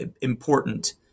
important